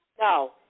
No